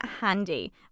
Handy